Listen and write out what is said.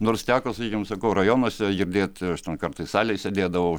nors teko sakykim sakau rajonuose girdėt aš ten kartais salėj sėdėdavau